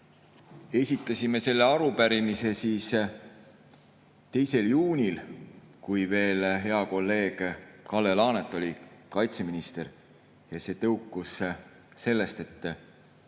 Esitasime selle arupärimise 2. juunil, kui veel hea kolleeg Kalle Laanet oli kaitseminister. Arupärimine tõukus sellest, et